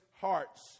hearts